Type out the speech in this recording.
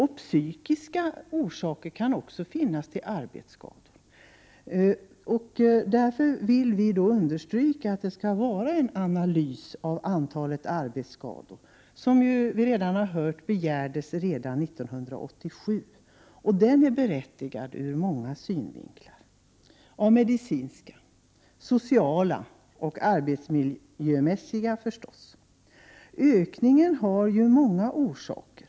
Det kan också finnas psykiska orsaker till arbetsskador. Därför vill vi i miljöpartiet understryka att det skall göras en analys av antalet arbetsskador, något som begärdes redan 1987. Den är berättigad ur många synvinklar: medicinska, sociala och arbetsmiljömässiga. Ökningen av antalet arbetsskador har många orsaker.